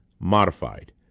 modified